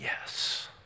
yes